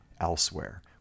elsewhere